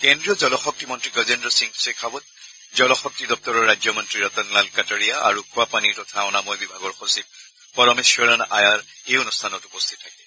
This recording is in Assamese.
কেড্ৰীয় জলশক্তি মন্ত্ৰী গজেন্দ্ৰ সিং শেখাৱট জলশক্তি দপ্তৰৰ ৰাজ্যমন্ত্ৰী ৰতনলাল কাটাৰীয়া আৰু খোৱা পানী তথা অনাময় বিভাগৰ সচিব পৰমেশ্বৰন আয়াৰ এই অনুষ্ঠানত উপস্থিত থাকে